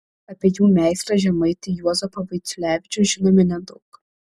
apie jų meistrą žemaitį juozapą vaiciulevičių žinome nedaug